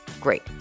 Great